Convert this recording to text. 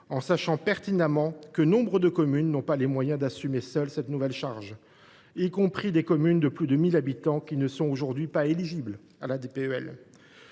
savons pertinemment que nombre de communes n’ont pas les moyens d’assumer seules cette nouvelle charge, y compris des communes de plus de 1 000 habitants, qui, aujourd’hui, ne sont pas éligibles à la DPEL.